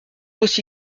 aussi